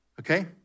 Okay